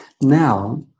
Now